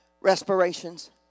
respirations